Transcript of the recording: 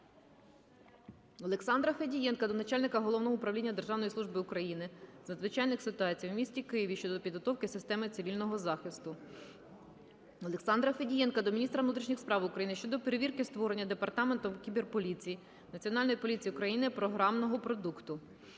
Олександра Федієнка до Начальника Головного управління Державної служби України з надзвичайних ситуацій у місті Києві щодо підготовки системи цивільного захисту. Олександра Федієнка до міністра внутрішніх справ України щодо перевірки створення Департаментом кіберполіції Національної поліції України програмного продукту.